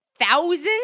Thousand